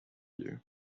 you